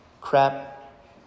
crap